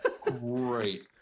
Great